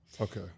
Okay